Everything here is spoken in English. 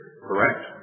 correct